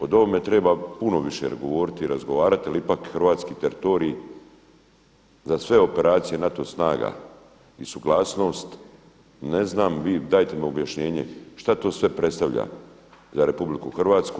O ovome treba puno više govoriti i razgovarati jer ipak hrvatski teritorij za sve operacije NATO snaga i suglasnost ne znam, vi dajte mi objašnjenje šta to sve predstavlja za RH?